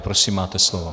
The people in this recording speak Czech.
Prosím, máte slovo.